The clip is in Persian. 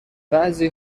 بعضی